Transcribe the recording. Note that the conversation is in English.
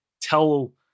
tell